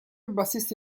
bassista